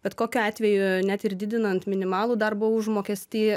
bet kokiu atveju net ir didinant minimalų darbo užmokestį